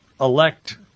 elect